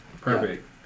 Perfect